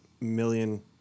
million